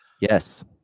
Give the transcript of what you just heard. Yes